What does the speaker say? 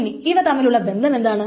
ഇനി ഇവ തമ്മിലുള്ള ബന്ധം എന്താണ്